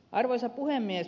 arvoisa puhemies